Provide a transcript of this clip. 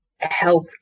health